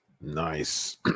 nice